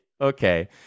Okay